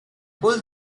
pulled